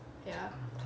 ya